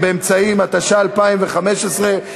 התשע"ה 2015,